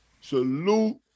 salute